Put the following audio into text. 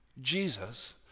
Jesus